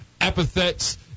epithets